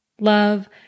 Love